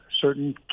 certain